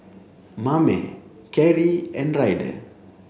Mame Cary and Ryder